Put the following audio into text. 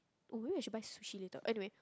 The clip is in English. or maybe I should buy sushi later anyway